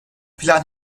plan